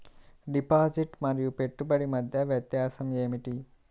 Deposit మరియు పెట్టుబడి మధ్య వ్యత్యాసం ఏమిటీ?